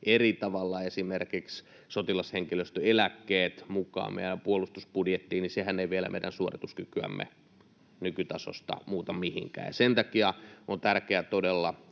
me laskisimme esimerkiksi sotilashenkilöstön eläkkeet eri tavalla, mukaan meidän puolustusbudjettiin, niin sehän ei vielä meidän suorituskykyämme nykytasosta muuta mihinkään. Sen takia on tärkeää todella